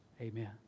Amen